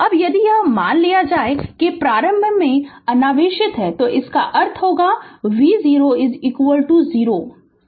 अब यदि यह मान लिया जाए कि प्रारंभ में अनावेशित है तो इसका अर्थ v0 0 है